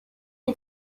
est